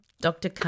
Dr